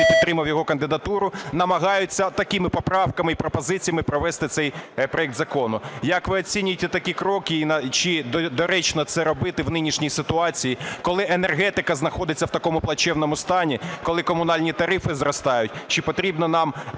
підтримав його кандидатуру, намагаються такими поправками і пропозиціями провести цей проект закону. Як ви оцінюєте такі кроки? І чи доречно це робити в нинішній ситуації, коли енергетика знаходиться в такому плачевному стані, коли комунальні тарифи зростають, чи потрібно нам